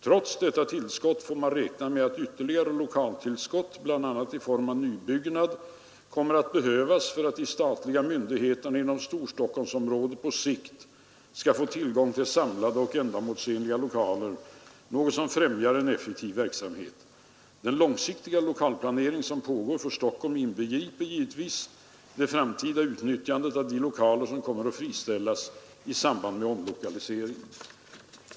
Trots detta tillskott får man räkna med att ytterligare lokaltillskott, bl.a. i form av nybyggnad, kan komma att behövas för att de statliga myndigheterna inom Storstockholmsområdet på sikt skall få tillgång till samlade och ändamålsenliga lokaler, något som främjar en effektiv verksamhet. Den långsiktiga lokalplanering som pågår för Stockholm inbegriper givetvis det framtida utnyttjandet av de lokaler som kommer att friställas i samband med omlokalisering.